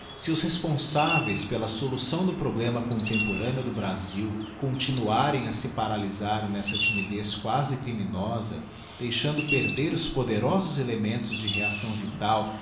os responsáveis pela solução do problema contemporâneo do brasil continuarem a se paralysar nessa timidez quasi criminosa deixando perder os poderosos elementos de reacção vital